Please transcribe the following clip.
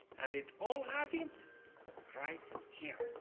and it all happened right here.